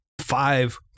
five